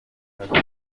bafite